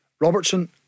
Robertson